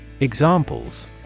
Examples